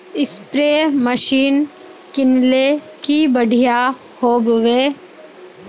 Spray machine किनले की बढ़िया होबवे?